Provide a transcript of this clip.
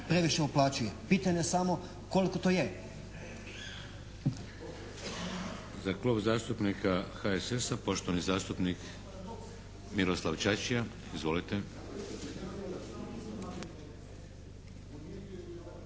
previše uplaćuju. Pitanje je samo koliko to je.